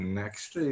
next